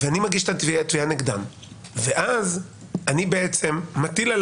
אני מגיש את התביעה נגדם ואז אני מטיל על